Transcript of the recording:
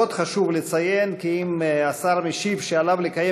עוד חשוב לציין כי אם השר משיב שעליו לקיים